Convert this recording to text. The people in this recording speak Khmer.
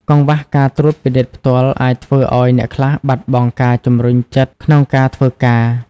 កង្វះការត្រួតពិនិត្យផ្ទាល់ អាចធ្វើឱ្យអ្នកខ្លះបាត់បង់ការជំរុញចិត្តក្នុងការធ្វើការ។